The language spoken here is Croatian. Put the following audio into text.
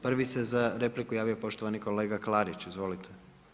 Prvi se za repliku javio poštovani kolega Klarić, izvolite.